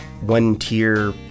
one-tier